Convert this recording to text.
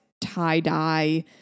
tie-dye